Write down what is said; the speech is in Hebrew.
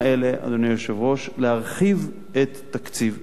אדוני היושב-ראש, להרחיב את תקציב הקרן.